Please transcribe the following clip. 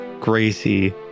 Gracie